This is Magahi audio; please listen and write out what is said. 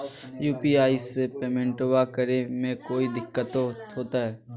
यू.पी.आई से पेमेंटबा करे मे कोइ दिकतो होते?